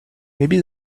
maybe